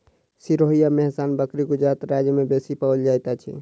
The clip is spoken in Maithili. सिरोही आ मेहसाना बकरी गुजरात राज्य में बेसी पाओल जाइत अछि